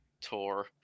tour